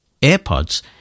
AirPods